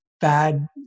bad